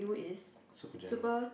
super general